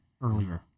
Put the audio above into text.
earlier